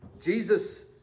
Jesus